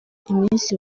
iminsi